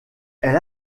elle